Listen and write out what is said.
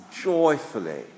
joyfully